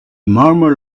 murmur